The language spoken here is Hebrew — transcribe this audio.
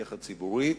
בדרכך הציבורית,